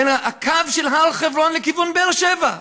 בין הקו של הר-חברון לכיוון באר-שבע,